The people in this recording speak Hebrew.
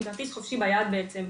עם כרטיס חופשי-חודשי ביד בעצם.